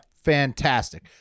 Fantastic